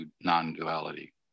non-duality